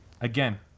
Again